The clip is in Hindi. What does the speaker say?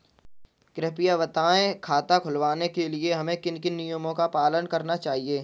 कृपया बताएँ खाता खुलवाने के लिए हमें किन किन नियमों का पालन करना चाहिए?